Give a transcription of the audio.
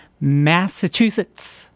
Massachusetts